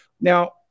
Now